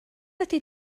ydy